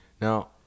now